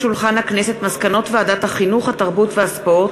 מסקנות ועדת החינוך, התרבות והספורט